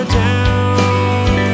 down